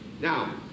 Now